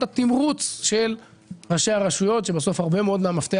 התמרוץ של ראשי הרשויות - בסוף הרבה מאוד מהמפתח